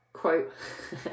quote